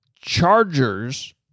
Chargers